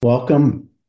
Welcome